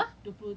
mm